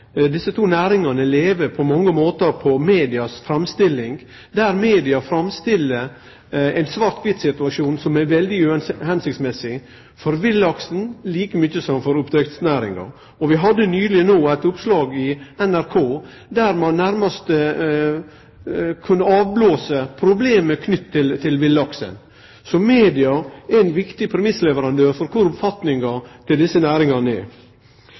desse to næringane på mange måtar lever på medias framstilling, der media framstiller ein svart-kvitt-situasjon som er veldig gagnlaus – like mykje for villaksen som for oppdrettsnæringa. Vi hadde nyleg eit oppslag i NRK, der ein nærast kunne avblåse problem knytte til villaksen. Så media er ein viktig premissleverandør for korleis oppfatninga av desse næringane er.